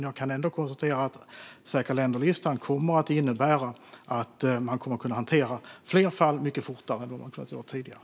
Jag kan dock konstatera att säkra länder-listan kommer att innebära att man kan hantera fler fall mycket fortare än vad man kunnat tidigare.